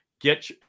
get